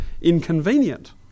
inconvenient